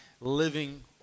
living